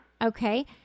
Okay